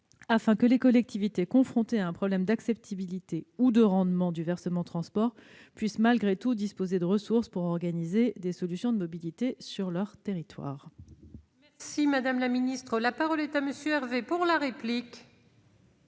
afin que les collectivités confrontées à un problème d'acceptabilité ou de rendement du versement transport puissent, malgré tout, disposer de ressources pour organiser des solutions de mobilité sur leur territoire. La parole est à M. Loïc Hervé, pour la réplique.